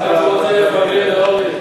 עד שהוא רוצה לפרגן לאורלי?